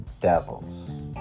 devils